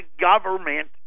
government